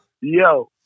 yo